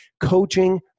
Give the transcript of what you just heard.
coaching